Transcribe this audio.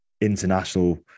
international